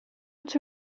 its